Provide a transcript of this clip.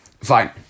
Fine